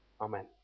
Amen